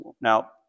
now